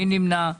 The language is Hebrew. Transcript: מי נמנע?